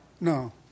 No